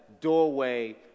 doorway